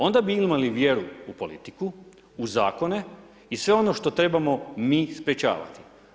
Onda bi imali vjeru u politiku, u zakone i sve ono što trebamo mi sprječavati.